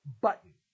button